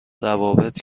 روابط